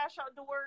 Outdoors